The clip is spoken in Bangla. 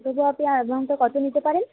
তবুও আপনি অ্যামাউন্টটা কত নিতে পারেন